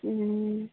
हूँ